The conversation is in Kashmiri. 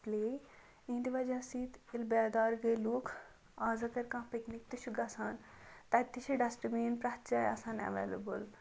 پلے یِہنٛدِ وَجہ سۭتۍ ییٚلہِ بیدار گٔیہِ لُکھ آز اگر کانٛہہ پَکنِک تہِ چھُ گَژھان تَتہِ تہِ چھِ ڈَسٹبیٖن پرٛٮ۪تھ جایہِ آسان ایویلیبل